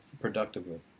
productively